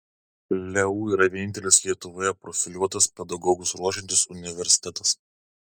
leu yra vienintelis lietuvoje profiliuotas pedagogus ruošiantis universitetas